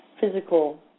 physical